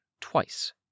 twice